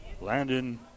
Landon